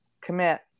commit